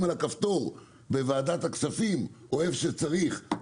על הכפתור בוועדת הכספים או איפה שצריך.